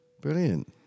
brilliant